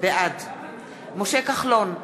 בעד משה כחלון,